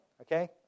okay